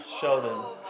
Sheldon